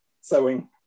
sewing